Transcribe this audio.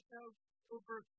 over